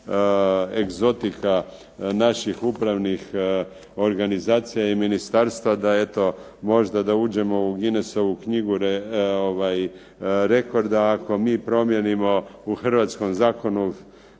egzotika naših upravnih organizacija i ministarstva da eto možda da uđemo u Guinessovu knjigu rekorda, ako mi promijenimo u hrvatskom zakonu,